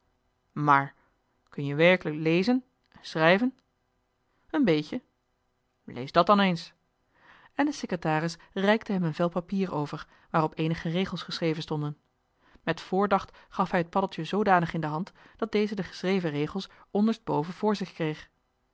maar kun-je werkelijk lezen en schrijven een beetje lees dàt dan eens en de secretaris reikte hem een vel papier over waarop eenige regels geschreven stonden met voordacht gaf hij het paddeltje zoodanig in de hand dat deze de geschreven regels onderst boven voor zich kreeg